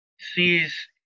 sees